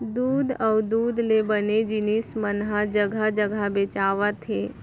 दूद अउ दूद ले बने जिनिस मन ह जघा जघा बेचावत हे